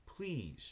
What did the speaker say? please